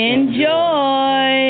Enjoy